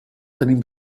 tenim